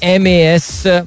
MAS